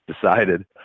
decided